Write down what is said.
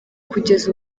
kugeza